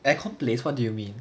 aircon place what do you mean